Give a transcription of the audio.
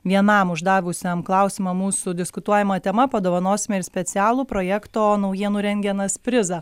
vienam uždavusiam klausimą mūsų diskutuojama tema padovanosime ir specialų projekto naujienų rengenas prizą